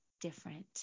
different